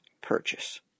purchase